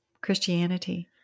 Christianity